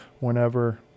Whenever